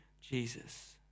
Jesus